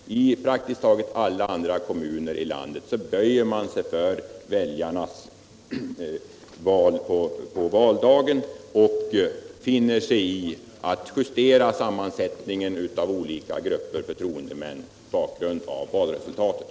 I praktiskt taget alla andra kommuner i landet böjer man sig för den önskan väljarna framför på valdagen och finner sig i att justera sammansättningen av olika grupper förtroendemän mot bakgrund av valresultatet.